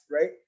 right